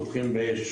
פותחים באש